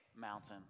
mountain